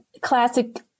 classic